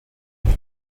avec